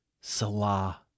Salah